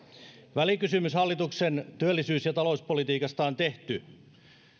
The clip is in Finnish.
välikysymys hallituksen työllisyys ja talouspolitiikasta on tehty